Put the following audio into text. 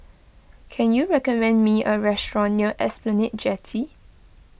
can you recommend me a restaurant near Esplanade Jetty